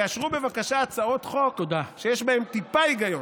תאשרו בבקשה הצעות חוק שיש בהן טיפה היגיון.